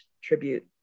tribute